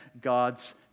God's